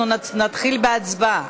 אנחנו נתחיל בהצבעה,